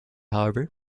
however